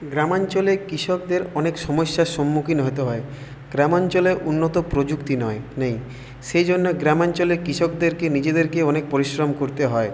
গ্রামাঞ্চলে কৃষকদের অনেক সমস্যার সম্মুখীন হতে হয় গ্রামাঞ্চলে উন্নত প্রযুক্তি নয় নেই সেই জন্যে গ্রামাঞ্চলে কৃষকদেরকে নিজেদেরকেই অনেক পরিশ্রম করতে হয়